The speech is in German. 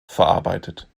verarbeitet